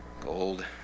Gold